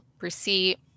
receipt